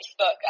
Facebook